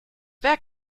wer